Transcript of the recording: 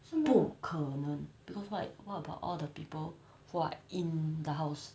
不可能 because what if what about all the people who are in the house